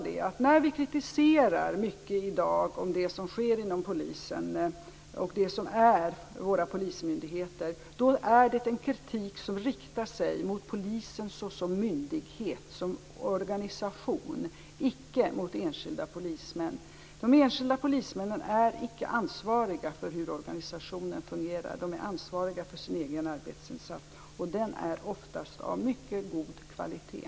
När vi i dag kritiserar mycket av det som sker inom Polisen och våra polismyndigheter är det fråga om en kritik som riktar sig mot Polisen såsom myndighet och organisation. Den riktar sig icke mot enskilda polismän. De enskilda polismännen är icke ansvariga för hur organisationen fungerar. De är ansvariga för sin egen arbetsinsats, och den är oftast av mycket god kvalitet.